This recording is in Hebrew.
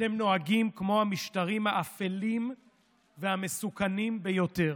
אתם נוהגים כמו המשטרים האפלים והמסוכנים ביותר.